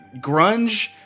Grunge